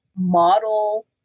model